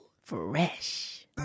fresh